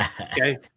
okay